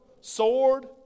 sword